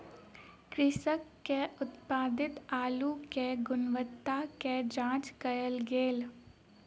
कृषक के उत्पादित अल्लु के गुणवत्ता के जांच कएल गेल